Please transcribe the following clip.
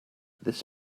this